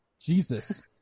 Jesus